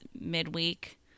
midweek